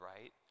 right